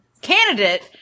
candidate